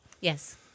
Yes